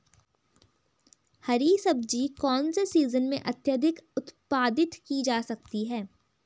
हरी सब्जी कौन से सीजन में अत्यधिक उत्पादित की जा सकती है?